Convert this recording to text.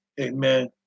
amen